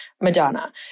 Madonna